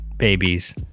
babies